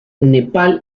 nepal